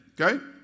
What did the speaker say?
Okay